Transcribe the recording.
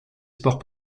sports